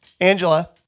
Angela